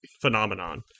Phenomenon